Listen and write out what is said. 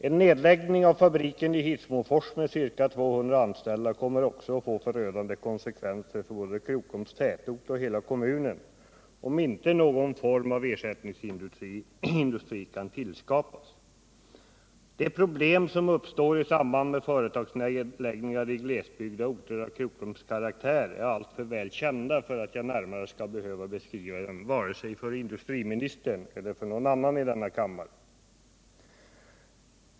En nedläggning av fabriken i Hissmofors med ca 200 anställda kommer också att få förödande konsekvenser för både Krokoms tätort och hela kommunen, om inte någon form av ersättningsindustri kan skapas. De problem som uppstår i samband med företagsnedläggningar i glesbygd och orter av Krokoms karaktär är alltför välkända för att jag närmare skall behöva beskriva dem vare sig för industriministern eller för någon annan i denna kammare.